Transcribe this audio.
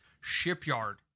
Shipyard